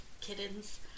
Kittens